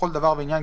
לכל דבר ועניין,